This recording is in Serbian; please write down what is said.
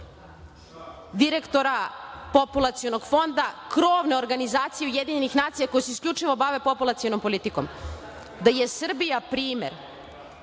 direktora Populacionog fonda, krovne organizacije UN koji se isključivo bavi popularnom politikom, da je Srbija primer,